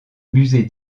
musée